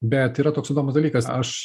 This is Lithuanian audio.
bet yra toks įdomus dalykas aš